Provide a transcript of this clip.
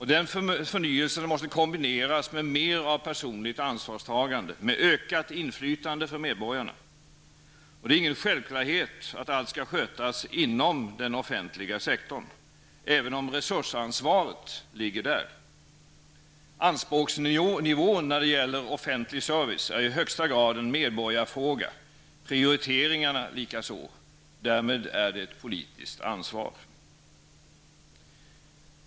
Den förnyelsen måste kombineras med mer av personligt ansvarstagande, med ökat inflytande för medborgarna. Men det är ingen självklarhet att allt skall skötas inom den offentliga sektorn, även om resursansvaret ligger där. Anspråksnivån när det gäller offentlig service är i högsta grad en medborgarfråga, prioriteringarna likaså. Därmed är det ett politiskt ansvar.